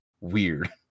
weird